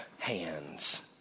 Hands